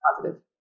positive